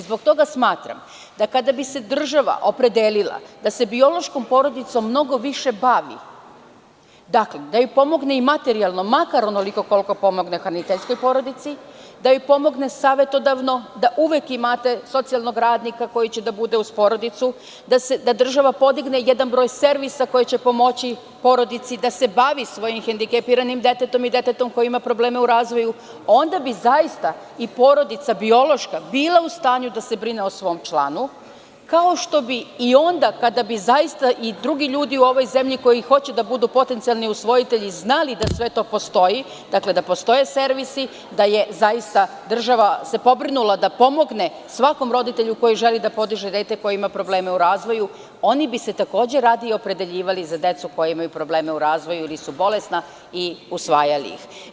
Zbog toga smatram da kada bi se država opredelila da se biološkom porodicom mnogo više bavi, da im pomogne materijalno makar onoliko koliko pomogne hraniteljskoj porodici, da joj pomogne savetodavno, da uvek imate socijalnog radnika koji će da bude uz porodicu, da država podigne jedan broj servisa koji će pomoći porodici da se bavi svojim hendikepiranim detetom i detetom koje ima probleme u razvoju, onda bi zaista i porodica biološka bila u stanju da se brine o svom članu, kao što bi i onda kada bi zaista i drugi ljudi u ovoj zemlji koji hoće da budu potencijalni usvojitelji znali da sve to postoji, dakle da postoje servisi, da je zaista država se pobrinula da pomogne svakom roditelju koji žele da podiže dete koje ima probleme u razvoju, oni bi se takođe radije opredeljivali za decu koja imaju probleme u razvoju ili su bolesna i usvajali ih.